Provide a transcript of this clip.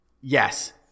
yes